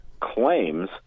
claims